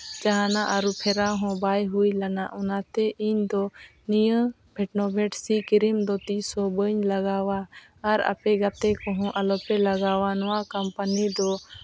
ᱡᱟᱦᱟᱱᱟᱜ ᱟᱹᱨᱩ ᱯᱷᱮᱨᱟᱣ ᱦᱚᱸ ᱵᱟᱭ ᱦᱩᱭ ᱞᱮᱱᱟ ᱚᱱᱟᱛᱮ ᱤᱧᱫᱚ ᱱᱤᱭᱟᱹ ᱵᱷᱤᱴᱱᱟᱹ ᱵᱷᱤᱴ ᱥᱤ ᱠᱨᱤᱢ ᱫᱚ ᱛᱤᱥ ᱦᱚᱸ ᱵᱟᱹᱧ ᱞᱟᱜᱟᱣᱟ ᱟᱨ ᱟᱯᱮ ᱜᱟᱛᱮ ᱠᱚᱦᱚᱸ ᱟᱞᱚᱯᱮ ᱞᱟᱜᱟᱣᱟ ᱱᱚᱣᱟ ᱠᱳᱢᱯᱟᱱᱤ ᱫᱚ